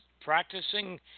practicing